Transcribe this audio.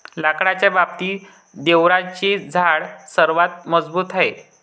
लाकडाच्या बाबतीत, देवदाराचे झाड सर्वात मजबूत आहे